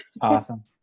Awesome